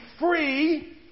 free